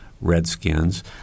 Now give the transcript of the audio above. Redskins